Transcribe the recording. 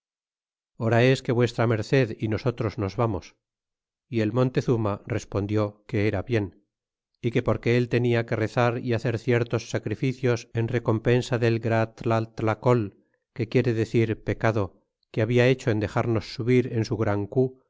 hora es que v m y nosotros nos vamos y el montezuma respondió que era bien é que porque él tenia que rezar y hacer ciertos sacrificios en recompensa del gratlatlacol que quiere decir pecado que habla hecho en dexarnos subir en su gran